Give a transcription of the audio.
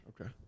Okay